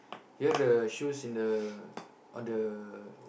you have the shoes in the on the